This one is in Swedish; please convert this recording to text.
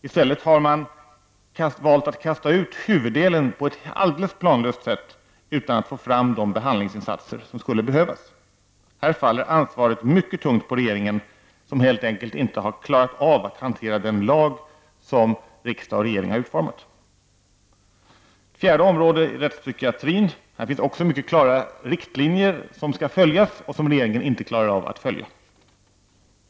I stället har man kastat ut huvuddelen på ett alldeles planlöst sätt utan att få fram de behandlingsinsatser som skulle behövas. Här faller ansvaret mycket tungt på regeringen, som helt enkelt inte klarat att hantera den lag som riksdag och regering har utformat. 4. Detsamma gäller ett fjärde område nämligen rättspsykiatrin. Här finns mycket klara riktlinjer som skall följas och som regeringen inte klarar av att följa.